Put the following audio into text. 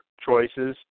choices